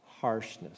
harshness